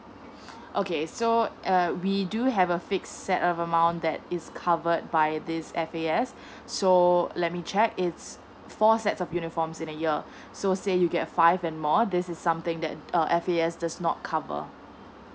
okay so uh we do have a fixed set of amount that is covered by this F A S so let me check it's four sets of uniforms in a year so say you get five and more this is something that uh F A S does not cover